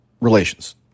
relations